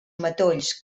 matolls